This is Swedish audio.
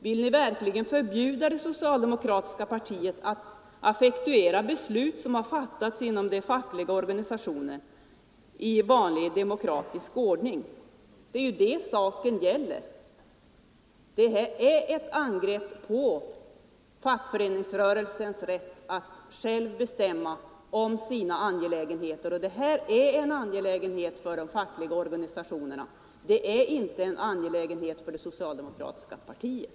Vill ni verkligen förbjuda det socialdemokratiska partiet att effektuera beslut som fattats inom den fackliga organisationen i vanlig demokratisk ordning? Det är detta saken gäller. Det är ett angrepp på fackföreningsrörelsens rätt att själv bestämma om sina angelägenheter. Detta är en angelägenhet för de fackliga organisationerna och inte för det socialdemokratiska partiet